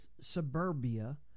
suburbia